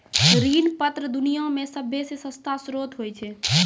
ऋण पत्र दुनिया मे सभ्भे से सस्ता श्रोत होय छै